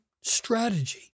strategy